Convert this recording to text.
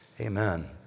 amen